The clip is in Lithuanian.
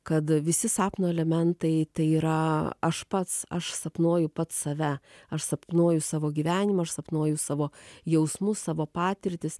kad visi sapno elementai tai yra aš pats aš sapnuoju pats save aš sapnuoju savo gyvenimą aš sapnuoju savo jausmus savo patirtis